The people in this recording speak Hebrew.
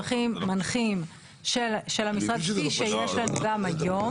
ממונה פוליטי שייתן אותם.